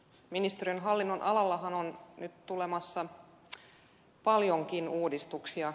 oikeusministeriön hallinnonalallehan on nyt tulemassa paljonkin uudistuksia